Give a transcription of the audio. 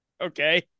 Okay